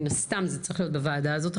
מן הסתם, זה צריך להיות בוועדה הזאת.